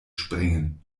springen